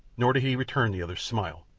nor did he return the other's smile.